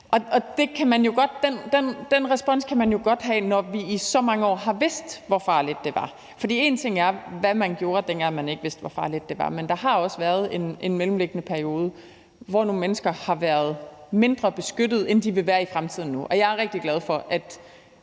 Den respons kan man jo godt have, når vi i så mange år har vidst, hvor farligt det var. For en ting er, hvad man gjorde, dengang man ikke vidste, hvor farligt det var, men der har også været en mellemliggende periode, hvor nogle mennesker har været mindre beskyttet, end de vil være i fremtiden. Og jeg er rigtig glad for, at